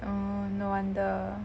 oh no wonder